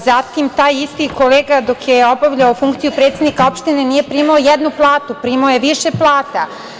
Zatim, taj isti kolega dok je obavljao funkciju predsednika opštine nije primao jednu platu, primao je više plata.